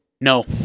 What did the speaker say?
No